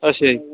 ਅੱਛਾ ਜੀ